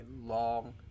long